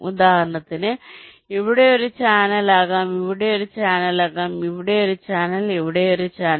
ഉദാഹരണത്തിന് ഇവിടെ ഒരു ചാനൽ ആകാം ഇവിടെ ഒരു ചാനൽ ആകാം ഇവിടെ ഒരു ചാനൽ ഇവിടെ ഒരു ചാനൽ ഇവിടെ ഒരു ചാനൽ